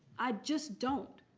i just don't.